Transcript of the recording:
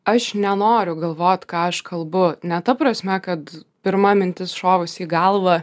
aš nenoriu galvot ką aš kalbu ne ta prasme kad pirma mintis šovusi į galvą